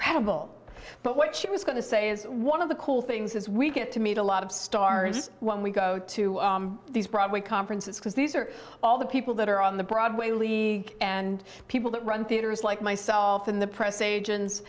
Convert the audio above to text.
credible but what she was going to say is one of the cool things as we get to meet a lot of stars when we go to these broadway conferences because these are all the people that are on the broadway lee and people that run theaters like myself in the press agents